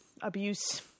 abuse